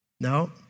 No